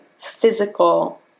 physical